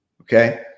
Okay